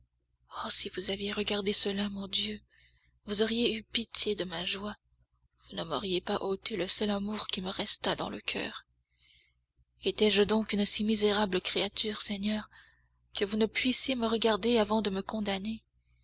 oh si vous aviez regardé cela mon dieu vous auriez eu pitié de ma joie vous ne m'auriez pas ôté le seul amour qui me restât dans le coeur étais-je donc une si misérable créature seigneur que vous ne pussiez me regarder avant de me condamner